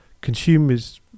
Consumers